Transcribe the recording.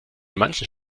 manchen